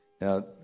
Now